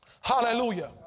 Hallelujah